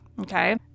okay